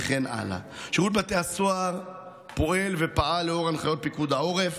שירות בתי הסוהר פועל ופעל לאור הנחיות פיקוד העורף.